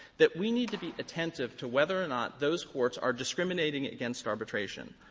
that we need to be attentive to whether or not those courts are discriminating against arbitration.